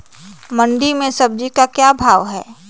मंडी में सब्जी का क्या भाव हैँ?